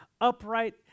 upright